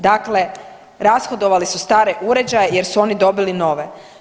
Dakle, rashodovali su stare uređaje jer su oni dobili nove.